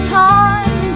time